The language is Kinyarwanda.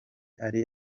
ari